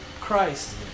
Christ